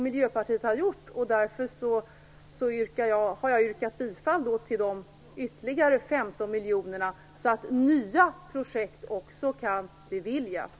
Miljöpartiet har gjort så, och jag har yrkat bifall till de ytterligare 15 miljonerna, så att nya projekt också kan beviljas.